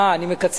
אה, אני מקצר.